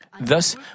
Thus